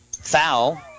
Foul